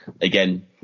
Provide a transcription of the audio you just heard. again